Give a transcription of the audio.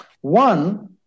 One